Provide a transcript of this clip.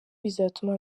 bizatuma